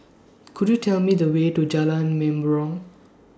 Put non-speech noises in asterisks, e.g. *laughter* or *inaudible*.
Could YOU Tell Me The Way to Jalan Mempurong *noise*